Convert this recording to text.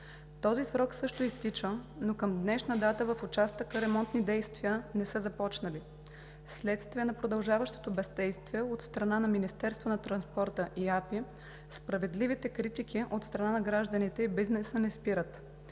Този срок също изтича, но към днешна дата в участъка ремонтни действия не са започнали. Вследствие на продължаващото бездействие от страна на Министерството на транспорта и Агенция „Пътна инфраструктура“, справедливите критики от страна на гражданите и бизнеса не спират.